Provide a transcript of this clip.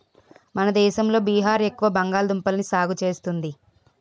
మన దేశంలో బీహార్ ఎక్కువ బంగాళదుంపల్ని సాగు చేస్తుంది